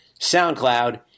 SoundCloud